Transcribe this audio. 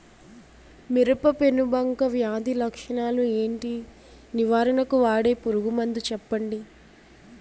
మిరప పెనుబంక వ్యాధి లక్షణాలు ఏంటి? నివారణకు వాడే పురుగు మందు చెప్పండీ?